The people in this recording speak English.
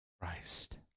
Christ